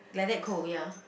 like that cold ya